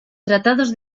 tratados